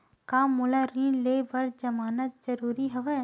का मोला ऋण ले बर जमानत जरूरी हवय?